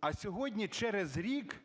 А сьогодні, через рік,